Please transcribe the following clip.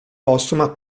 postuma